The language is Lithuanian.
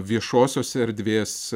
viešosios erdvės